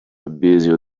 abseil